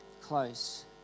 close